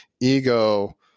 ego